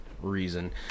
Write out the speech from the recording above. reason